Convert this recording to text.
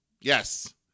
Yes